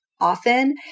often